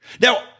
Now